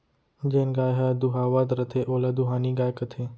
जेन गाय ह दुहावत रथे ओला दुहानी गाय कथें